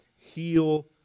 heal